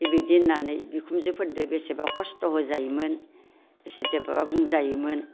बेबायदि होननानै बिखुमजोफोरजों बेसेबा खस्त'बो जायोमोन बिसोरजोंबो बुंजायोमोन